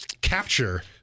capture